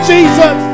Jesus